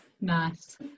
Nice